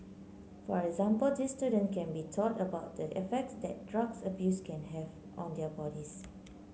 for example these student can be taught about the effects that drugs abuse can have on their bodies